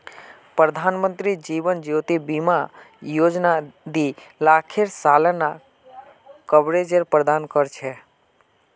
प्रधानमंत्री जीवन ज्योति बीमा योजना दी लाखेर सालाना कवरेज प्रदान कर छे